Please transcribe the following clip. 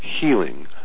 healing